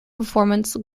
performance